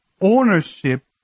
ownership